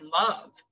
love